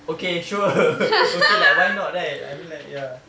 okay sure okay lah why not right I mean like ya